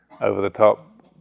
over-the-top